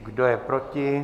Kdo je proti?